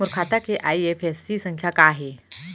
मोर खाता के आई.एफ.एस.सी संख्या का हे?